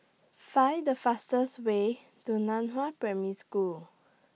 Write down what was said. Find The fastest Way to NAN Hua Primary School